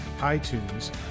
iTunes